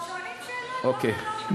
שואלים שאלות, אוקיי.